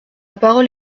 parole